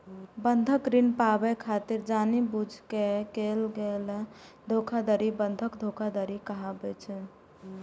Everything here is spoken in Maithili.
बंधक ऋण पाबै खातिर जानि बूझि कें कैल गेल धोखाधड़ी बंधक धोखाधड़ी कहाबै छै